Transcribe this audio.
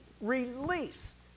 Released